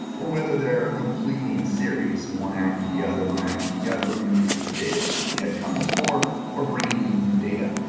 or whether they're completely in series, one after the other, one after the other reusing the data that had come before or bringing in new data.